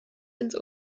ins